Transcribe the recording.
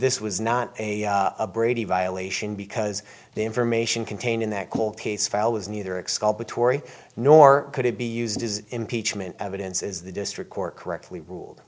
this was not a brady violation because the information contained in that cold case file was neither exculpatory nor could it be used as impeachment evidence is the district court correctly rule